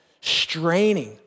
straining